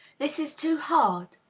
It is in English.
this is too hard?